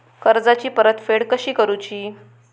कर्जाची परतफेड कशी करूची?